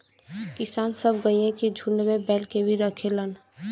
किसान सब गइया के झुण्ड में बैल के भी रखेलन